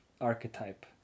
archetype